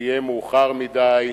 זה יהיה מאוחר מדי".